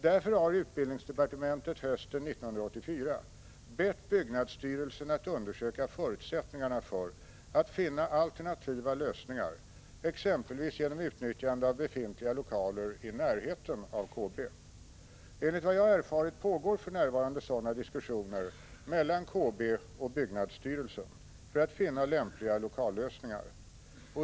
Därför har utbildningsdepartementet hösten 1984 bett byggnadsstyrelsen att undersöka förutsättningarna för att finna alternativa lösningar, exempelvis genom utnyttjande av befintliga lokaler i närheten av KB. Enligt vad jag har erfarit pågår för närvarande sådana diskussioner mellan KB och byggnadsstyrelsen för att finna lämpliga lokallösningar.